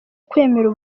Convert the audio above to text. kwemera